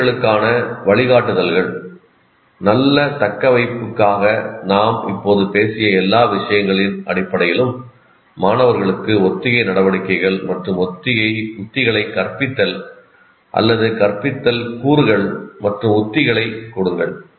ஆசிரியர்களுக்கான வழிகாட்டுதல்கள் நல்ல தக்கவைப்புக்காக நாம் இப்போது பேசிய எல்லா விஷயங்களின் அடிப்படையிலும் மாணவர்களுக்கு ஒத்திகை நடவடிக்கைகள் மற்றும் உத்திகளைக் கற்பித்தல் அல்லது கற்பித்தல் கூறுகள் மற்றும் உத்திகளைக் கொடுங்கள்